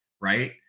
right